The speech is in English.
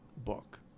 book